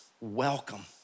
welcome